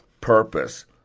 purpose